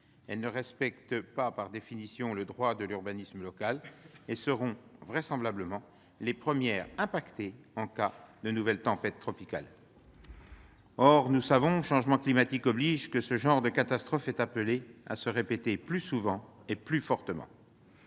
Elles ne respectent par définition pas le droit de l'urbanisme local, et seront vraisemblablement les premières touchées en cas de nouvelle tempête tropicale. Or nous savons, changement climatique oblige, que ce genre de catastrophe est appelé à se répéter plus souvent, et plus fortement.